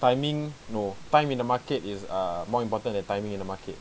timing no time in the market is uh more important than timing in the market